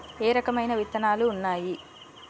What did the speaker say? ఏ రకమైన విత్తనాలు ఉన్నాయి?